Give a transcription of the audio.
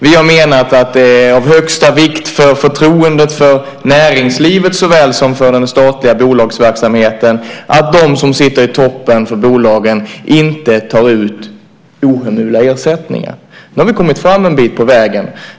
Vi har menat att det är av högsta vikt för förtroendet för näringslivet såväl som för den statliga bolagsverksamheten att de som sitter i toppen för bolagen inte tar ut ohemula ersättningar. Nu har vi kommit fram en bit på vägen.